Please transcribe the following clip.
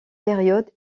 période